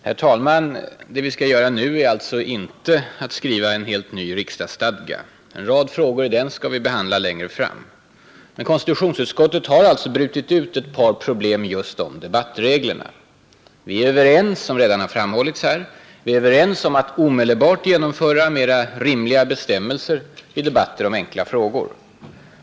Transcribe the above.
Herr talman! Det vi skall göra nu är alltså inte att skriva en helt ny riksdagsstadga. En rad frågor i den skall vi behandla längre fram. Men konstitutionsutskottet har brutit ut ett par problem just om debattreglerna. Vi är — såsom redan har framhållits här — överens om att omedelbart genomföra mer rimliga bestämmelser i debatter om enkla frågor.